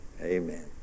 Amen